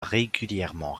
régulièrement